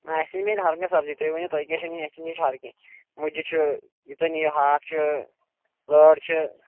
اَسہِ نِش میلہِ ہر کانٛہہ سَبزی تُہۍ ؤنِو تۄہہِ کیٛاہ چھِو نِنۍ اَسہِ نِش چھِ ہر کیٚنہہ چھِ مُجہِ چھِ یہِ تُہۍ نیٖیِو ہاکھ چھُ لٲر چھِ